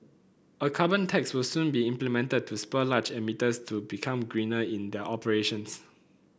a carbon tax will soon be implemented to spur large emitters to become greener in their operations